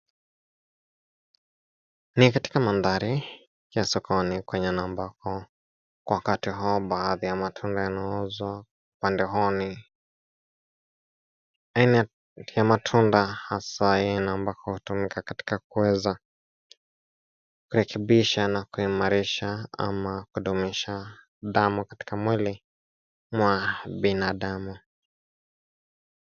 Ni katika mandhari ya sokoni kwenye na ambako wakati huu baadhi ya matunda yanauzwa. Upande huu ni aina ya matunda hasa yenye na ambako hutumika katika kuweza kurekebisha na kuimarisha ama kudumisha damu katika mwili mwa binadamu.